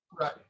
Right